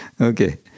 Okay